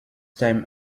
time